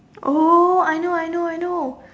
oh I know I know I know